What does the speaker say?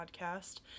podcast